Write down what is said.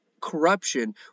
corruption